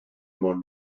món